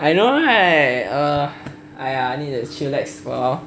I know right err !aiya! need to chillax for awhile